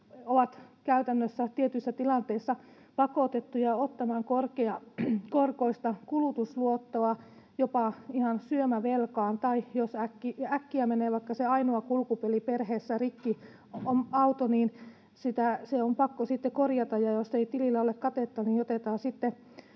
ovat käytännössä tietyissä tilanteissa pakotettuja ottamaan korkeakorkoista kulutusluottoa jopa ihan syömävelkaan, tai jos äkkiä menee vaikka se ainoa kulkupeli, auto, perheessä rikki, niin se on pakko sitten korjata, ja jos ei tilillä ole katetta, niin otetaan sitten